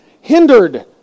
hindered